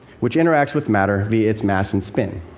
which interacts with matter via its mass and spin.